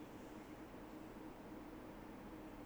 is it maybe I have just been sleeping lah